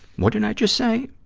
what did i just say?